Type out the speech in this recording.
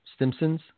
stimpsons